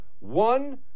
One